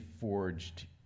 forged